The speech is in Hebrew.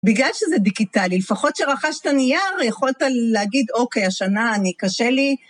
בגלל שזה דיגיטלי, לפחות כשרכשת נייר, יכולת להגיד, אוקיי, השנה, אני קשה לי.